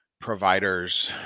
providers